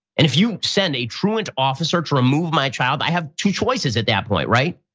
and if you send a truant officer to remove my child, i have two choices at that point, right?